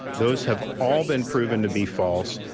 those have all been proven to be false.